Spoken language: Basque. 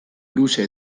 luze